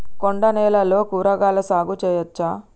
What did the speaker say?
కొండ నేలల్లో కూరగాయల సాగు చేయచ్చా?